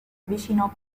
vicino